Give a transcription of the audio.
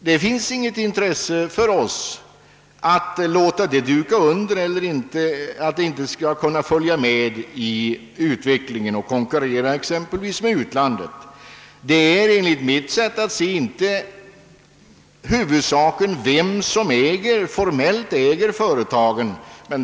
Det kan inte vara något intresse för oss att låta det duka under eller att inte göra det möjligt för det att kunna följa med i utvecklingen så att det exempelvis kan konkurrera med utlandet. Huvudsaken är enligt mitt sätt att se inte vem som formellt äger företagen.